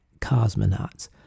cosmonauts